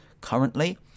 currently